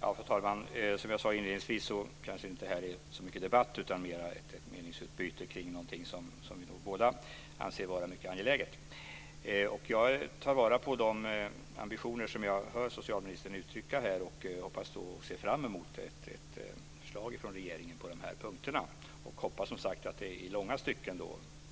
Fru talman! Som jag sade inledningsvis kanske det här inte är så mycket debatt utan mer ett meningsutbyte kring någonting som vi båda anser vara mycket angeläget. Jag tar vara på de ambitioner som jag hör socialministern uttrycka och hoppas på och ser fram emot ett förslag från regeringen på de här punkterna. Jag hoppas, som sagt, att det i långa stycken